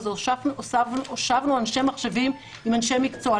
הוא שהושבנו אנשי מחשבים עם אנשי מקצוע.